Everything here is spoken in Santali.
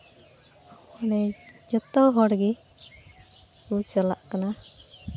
ᱢᱮᱱ ᱡᱚᱛᱚ ᱦᱚᱲ ᱜᱮ ᱠᱚ ᱪᱟᱞᱟᱜ ᱠᱟᱱᱟ